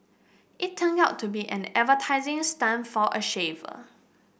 it turned out to be an advertising stunt for a shaver